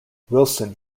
wilson